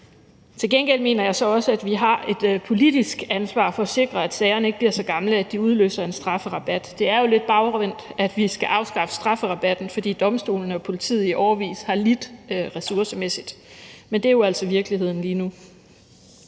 Til gengæld mener jeg også, at vi har et politisk ansvar for at sikre, at sagerne ikke bliver så gamle, at de udløser en strafrabat; det er jo lidt bagvendt, at vi skal afskaffe strafrabatten, fordi domstolene og politiet i årevis har lidt ressourcemæssigt, men det er jo altså virkeligheden lige nu.